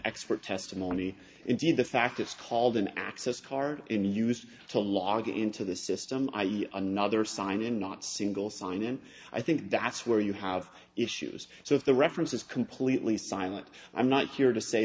expert testimony indeed the fact it's called an access card in the used to log into the system i e another sign and not single sign and i think that's where you have issues so if the reference is completely silent i'm not here to say